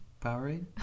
Powerade